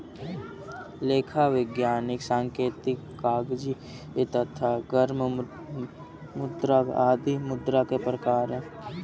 लेखा, वैधानिक, सांकेतिक, कागजी तथा गर्म मुद्रा आदि मुद्रा के प्रकार हैं